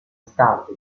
state